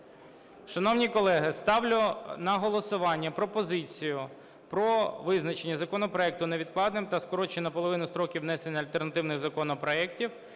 Шановні колеги, ставлю на голосування пропозицію про визначення законопроекту невідкладним та скорочення наполовину строків внесення альтернативних законопроектів,